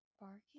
Barking